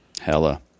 Hella